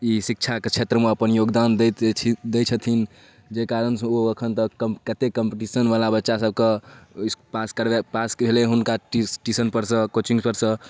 ई शिक्षाके क्षेत्रमे अपन योगदान दैत दै छथिन जाहि कारणसँ ओ एखन तक कतेक कम्पटीशनवला बच्चासभके पास करवाइ पास कएलै हुनका ट्यूशन ट्यूशनपरसँ कोचिङ्गपरसँ